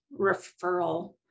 referral